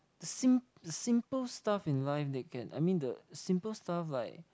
sim~ simple stuff in life they can I mean the simple stuff like